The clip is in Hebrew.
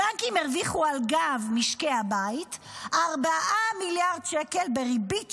הבנקים הרוויחו על גב משקי הבית 4 מיליארד שקל בריבית,